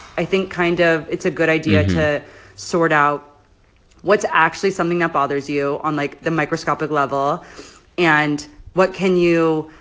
i think kind of it's a good idea to sort out what's actually something that bothers you on, like, the microscopic level and what can you